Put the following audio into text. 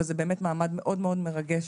וזה באמת מעמד מאוד מרגש.